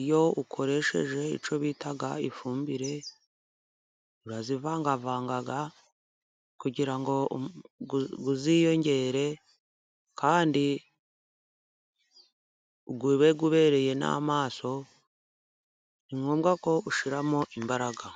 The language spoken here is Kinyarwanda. iyo ukoresheje icyo bita ifumbire urayivangavanga kugira ngo uziyongere kandi ube ubereye n'amaso, ni ngombwako ushyiramo imbaraga.